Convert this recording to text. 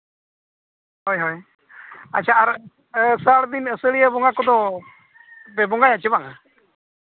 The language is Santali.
ᱦᱳᱭ ᱦᱳᱭ ᱟᱪᱪᱷᱟ ᱟᱨ ᱟᱥᱟᱲ ᱫᱤᱱ ᱟᱹᱥᱟᱹᱲᱤᱭᱟᱹ ᱵᱚᱸᱜᱟ ᱠᱚᱫᱚ ᱵᱚᱸᱜᱟᱭᱟ ᱥᱮ ᱵᱟᱝ ᱟ